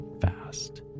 fast